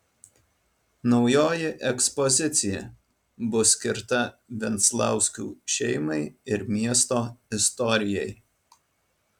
naujoji ekspozicija bus skirta venclauskių šeimai ir miesto istorijai